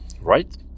right